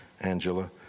Angela